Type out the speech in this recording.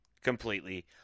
completely